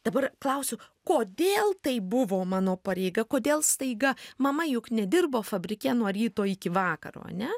dabar klausiu kodėl tai buvo mano pareiga kodėl staiga mama juk nedirbo fabrike nuo ryto iki vakaro ane